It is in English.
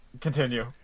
Continue